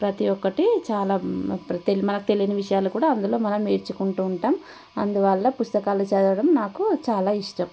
ప్రతీ ఒక్కటి చాలా మనకు తెలియని విషయాలు కూడా అందులో మనం నేర్చుకుంటూ ఉంటాము అందువల్ల పుస్తకాలు చదవడం నాకు చాలా ఇష్టం